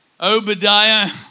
Obadiah